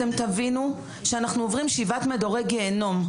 אתם תבינו שאנחנו עוברים שבעת מדורי גיהינום.